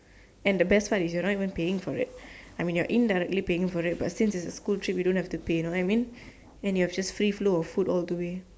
and the best part is you are not even paying for it I mean you are indirectly paying for it but since it's a school trip you don't have to pay you know what I mean then you have just free flow of food all the way